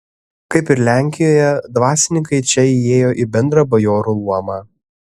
kaip ir lenkijoje dvasininkai čia įėjo į bendrą bajorų luomą